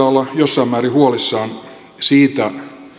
syytä olla jossain määrin huolissaan siitä